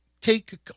take